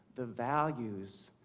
the values,